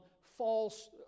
false